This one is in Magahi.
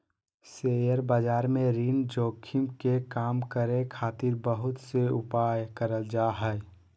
शेयर बाजार में ऋण जोखिम के कम करे खातिर बहुत से उपाय करल जा हय